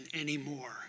anymore